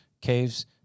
caves